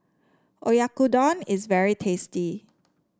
oyakodon is very tasty